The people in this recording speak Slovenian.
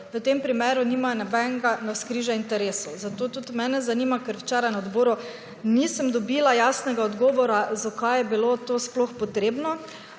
v tem primeru nimajo nobenega navzkrižja interesov. Zato tudi mene zanima, ker včeraj na odboru nisem dobila jasnega odgovora zakaj je bilo to sploh potrebno.